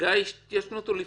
אחרי ההתיישנות או לפני?